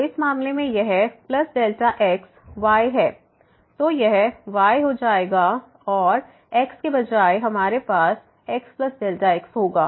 तो इस मामले में यह x yहै तो यह y हो जाएगा और x के बजाय हमारे पास xx होगा